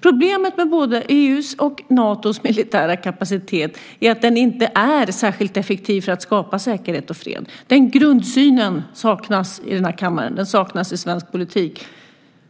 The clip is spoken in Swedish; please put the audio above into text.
Problemet med både EU:s och Natos militära kapacitet är att den inte är särskilt effektiv för att skapa säkerhet och fred. Den grundsynen saknas i den här kammaren. Den saknas i svensk politik.